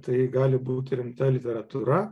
tai gali būti rimta literatūra